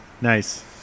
Nice